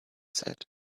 said